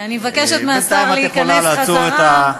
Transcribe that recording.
אני מבקשת מהשר להיכנס חזרה.